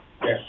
yes